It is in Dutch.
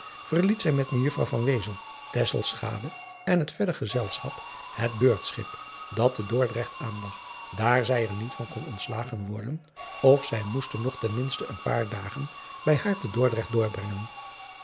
verliet zij met ejuffrouw en het verder gezelschap het eurtschip dat te ordrecht aanlag daar zij er niet van kon ontslagen worden of zij moesten nog ten minste een paar dagen bij haar te ordrecht doorbrengen